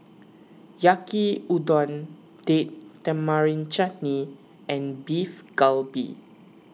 Yaki Udon Date Tamarind Chutney and Beef Galbi